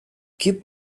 keep